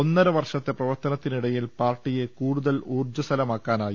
ഒന്നര വർഷത്തെ പ്രവർത്തനത്തിനിട യിൽ പാർട്ടിയെ കൂടുതൽ ഊർജസ്വലമാക്കാനായി